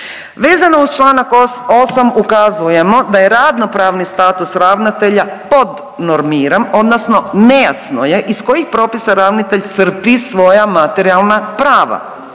Vezano uz čl. 8. ukazujemo da je radno pravni status ravnatelja podnormiran odnosno nejasno je iz kojih propisa ravnatelj crpi svoja materijalna prava,